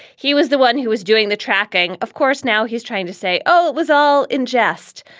he was the one who was doing the tracking. of course, now he's trying to say, oh, it was all in jest.